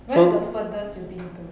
where's the furthest you've been to